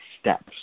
steps